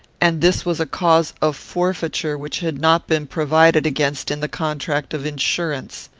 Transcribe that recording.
and this was a cause of forfeiture which had not been provided against in the contract of insurance.